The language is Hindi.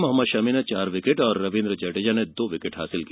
मोहम्मद शमी ने चार विकेट और रविन्द्र जड़ेजा ने दो विकेट लिए